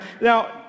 Now